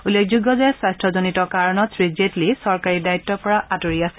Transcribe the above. উল্লেখযোগ্য যে স্বাস্থজনিত কাৰণত শ্ৰীজেটলী চৰকাৰী দায়িত্বৰ পৰা আঁতৰি আছে